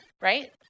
right